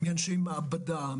מאנשי מעבדה,